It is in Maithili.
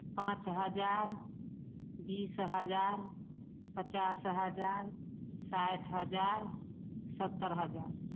पाँच हजार बीस हजार पचास हजार साठि हजार सत्तरि हजार